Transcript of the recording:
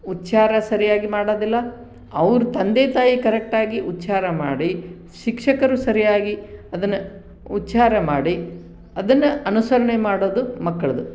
ಉಚ್ಚಾರ ಸರಿಯಾಗಿ ಮಾಡೋದಿಲ್ಲ ಅವ್ರು ತಂದೆ ತಾಯಿ ಕರೆಕ್ಟಾಗಿ ಉಚ್ಛಾರ ಮಾಡಿ ಶಿಕ್ಷಕರು ಸರಿಯಾಗಿ ಅದನ್ನು ಉಚ್ಛಾರ ಮಾಡಿ ಅದನ್ನು ಅನುಸರಣೆ ಮಾಡೋದು ಮಕ್ಳದ್ದು